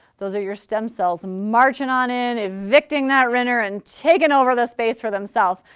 those are your stem cells matching on in, evicting that retina and taking over the space for themselves.